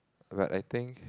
but I think